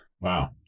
wow